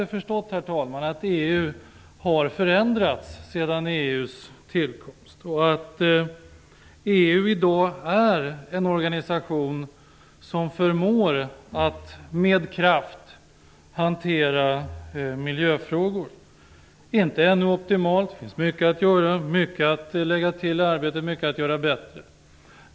Birger Schlaug har inte förstått att EU har förändrats sedan dess tillkomst. EU är i dag en organisation som förmår att med kraft hantera miljöfrågor. Det är inte optimalt. Det finns mycket att göra, mycket att lägga till i arbetet och mycket att göra bättre.